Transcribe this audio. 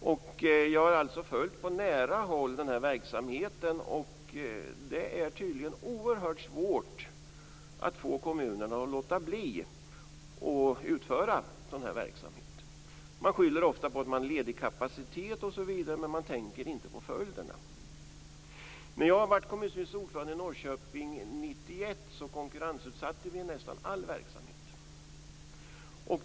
Jag har alltså på nära håll följt den här verksamheten, och det är tydligen oerhört svårt att få kommunerna att låta bli att utföra sådan här verksamhet. Man skyller ofta på att man har ledig kapacitet osv. Men man tänker inte på följderna. När jag var kommunstyrelsens ordförande i Norrköping 1991 konkurrensutsatte vi nästan all verksamhet.